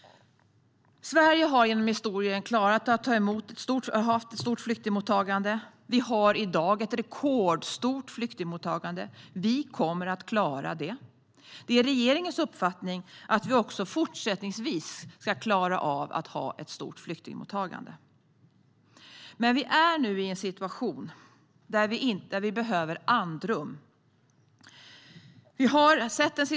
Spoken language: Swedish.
Sverige har genom historien haft ett stort flyktingmottagande. Flyktingmottagandet är i dag rekordstort. Vi kommer att klara det. Det är regeringens uppfattning att vi också fortsättningsvis ska klara av att ha ett stort flyktingmottagande. Men vi befinner oss nu i en situation där vi behöver andrum.